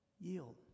Yield